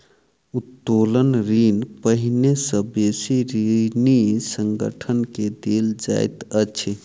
उत्तोलन ऋण पहिने से बेसी ऋणी संगठन के देल जाइत अछि